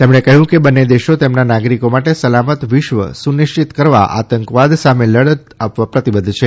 તેમણે કહ્યું કે બંને દેશો તેમના નાગરિકો માટે સલામત વિદ્ય સુનિશ્ચિત કરવા આતંકવાદ સામે લડત આપવા પ્રતિબદ્વ છે